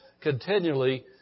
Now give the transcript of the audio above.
continually